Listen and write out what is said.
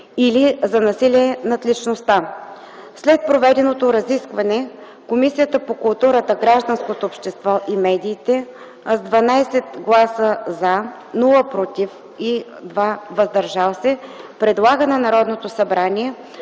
или за насилие над личността. След проведеното разискване Комисията по културата, гражданското общество и медиите, с 12 гласа „за”, без „против” и 2 „въздържали се”, предлага на Народното събрание